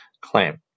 claim